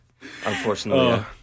unfortunately